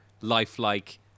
lifelike